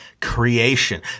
creation